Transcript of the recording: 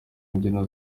imbyino